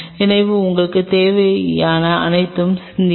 எனவே உங்களுக்குத் தேவையான அனைத்தையும் சிந்தியுங்கள்